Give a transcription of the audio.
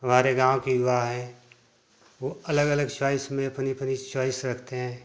हमारे गाँव कि युवाएँ वो अलग अलग चॉइस में अपनी अपनी चॉइस रखते हैं